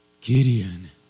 Gideon